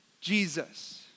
Jesus